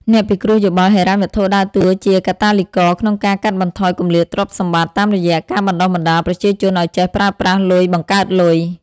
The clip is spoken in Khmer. អ្នកពិគ្រោះយោបល់ហិរញ្ញវត្ថុដើរតួជាកាតាលីករក្នុងការកាត់បន្ថយគម្លាតទ្រព្យសម្បត្តិ តាមរយៈការបណ្ដុះបណ្ដាលប្រជាជនឱ្យចេះប្រើប្រាស់លុយបង្កើតលុយ។